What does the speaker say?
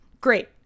great